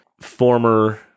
former